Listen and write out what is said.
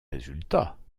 résultats